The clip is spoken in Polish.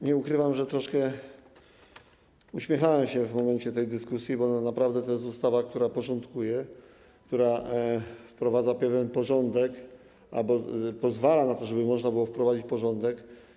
Nie ukrywam, że troszkę uśmiechałem się w trakcie tej dyskusji, bo naprawdę to jest ustawa, która porządkuje, wprowadza pewien porządek albo pozwala na to, żeby można było wprowadzić porządek.